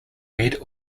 red